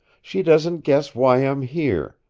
she doesn't guess why i'm here.